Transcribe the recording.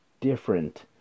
different